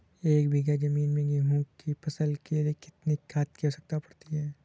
एक बीघा ज़मीन में गेहूँ की फसल के लिए कितनी खाद की आवश्यकता पड़ती है?